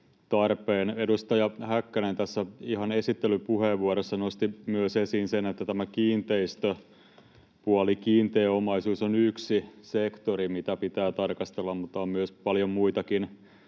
Edustaja Häkkänen tässä ihan esittelypuheenvuorossaan nosti esiin myös sen, että tämä kiinteistöpuoli, kiinteä omaisuus, on yksi sektori, mitä pitää tarkastella, mutta Suomen kansallisen